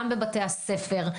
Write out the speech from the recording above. גם בבתי הספר.